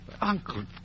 Uncle